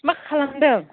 मा खालामदों